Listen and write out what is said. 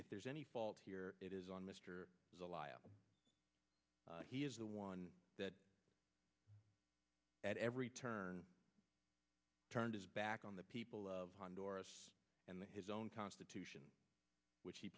if there's any fault here it is on mr he is the one that at every turn turned his back on the people of honduras and his own constitution which he